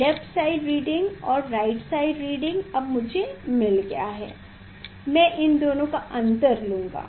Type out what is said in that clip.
left side reading और right side reading अब मुझे मिल गया है मैं इन दोनों का अंतर लूंगा